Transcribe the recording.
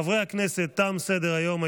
אני קובע כי הצעת חוק הביטוח הלאומי (תיקון מס' 238,